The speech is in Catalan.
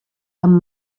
amb